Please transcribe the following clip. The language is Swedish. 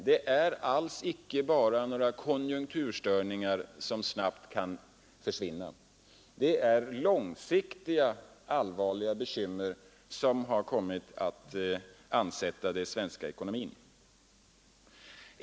Det är alls icke bara några konjunkturstörningar som snabbt kan försvinna. Det är långsiktiga, allvarliga bekymmer som har kommit att ansätta den svenska ekonomin.